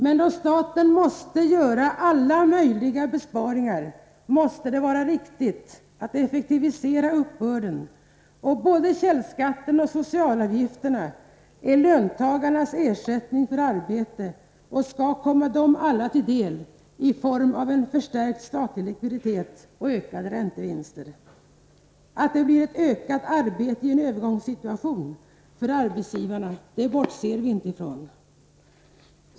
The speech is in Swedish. Men då staten måste göra alla möjliga besparingar, måste det vara riktigt att effektivisera uppbörden. Både källskatten och socialavgifterna är löntagarnas ersättning för arbete och skall komma dem alla till del i form av en förstärkt statlig likviditet och ökade räntevinster. Att det blir ett ökat arbete för arbetsgivarna i en övergångssituation bortser vi inte ifrån.